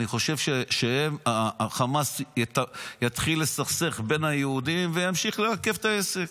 אני חושב שהחמאס יתחיל לסכסך בין היהודים וימשיך לעכב את העסק.